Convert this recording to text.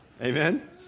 Amen